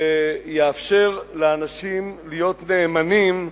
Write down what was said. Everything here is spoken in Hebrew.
שיאפשר לאנשים להיות נאמנים,